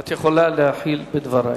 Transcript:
את יכולה להתחיל בדברייך.